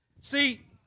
See